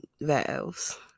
valves